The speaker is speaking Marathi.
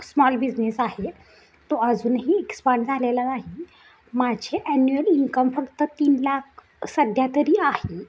स्मॉल बिझनेस आहे तो अजूनही एक्सपांड झालेला नाही माझे ॲन्युअल इन्कम ़ फक्त तीन लाख सध्या तरी आहे